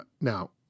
Now